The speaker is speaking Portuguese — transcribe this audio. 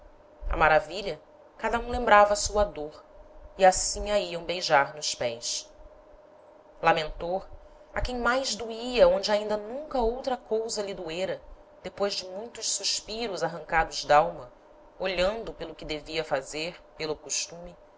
á maravilha cada um lembrava a sua dôr e assim a iam beijar nos pés lamentor a quem mais doía onde ainda nunca outra cousa lhe doera depois de muitos suspiros arrancados d'alma olhando pelo que devia fazer pelo costume